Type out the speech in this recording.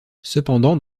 cependant